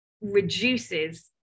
reduces